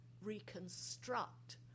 reconstruct